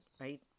right